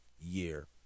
year